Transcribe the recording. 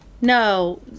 No